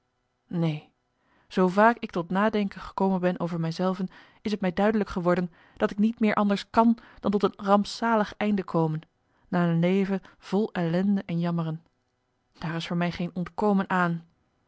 neen zoo vaak ik tot nadenken gekomen ben over mij zelven is het mij duidelijk geworden dat ik niet meer anders kan dan tot een rampzalig einde komen na een leven vol ellende en jammeren daar is voor mij geen ontkomen aan